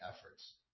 efforts